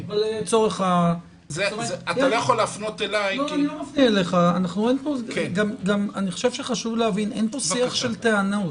חשוב להבין שאין פה שיח של טענות.